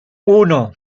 uno